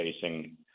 facing